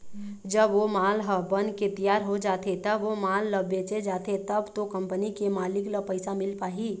जब ओ माल ह बनके तियार हो जाथे तब ओ माल ल बेंचे जाथे तब तो कंपनी के मालिक ल पइसा मिल पाही